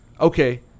okay